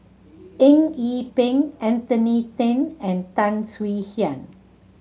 Eng Yee Peng Anthony Then and Tan Swie Hian